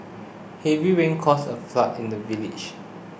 heavy rains caused a flood in the village